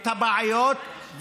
את הבעיות,